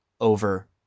over